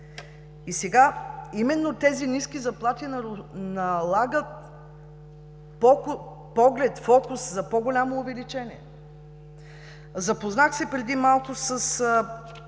лв. Именно тези ниски заплати налагат поглед, фокус за по-голямо увеличение. Запознах се преди малко с